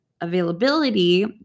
availability